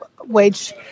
wage